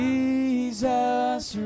Jesus